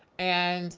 and